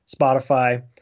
Spotify